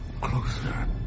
closer